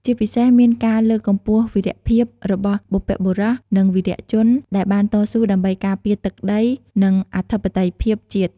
ជាពិសេសមានការលើកតម្កើងវីរភាព របស់បុព្វបុរស និងវីរជនដែលបានតស៊ូដើម្បីការពារទឹកដី និងអធិបតេយ្យភាពជាតិ ។